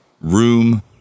room